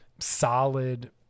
solid